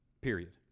Period